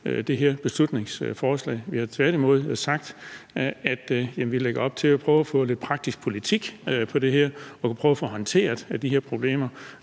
det her beslutningsforslag. Vi har tværtimod sagt, at vi lægger op til at prøve at få lidt praktisk politik på det her, og vi vil prøve at få håndteret de her problemer.